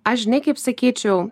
aš žinau kaip sakyčiau